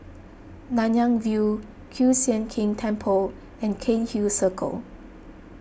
Nanyang View Kiew Sian King Temple and Cairnhill Circle